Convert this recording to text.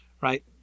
right